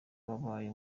wabaye